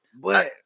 But-